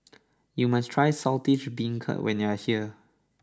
you must try Saltish Beancurd when you are here